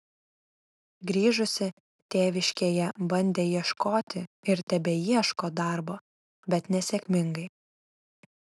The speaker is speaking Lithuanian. grįžusi tėviškėje bandė ieškoti ir tebeieško darbo bet nesėkmingai